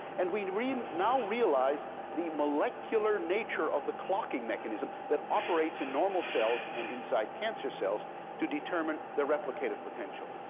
and we now realize the molecular nature of the clocking mechanism that operates in normal cells and inside cancer cells to determine the replicative potential.